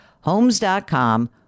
Homes.com